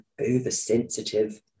oversensitive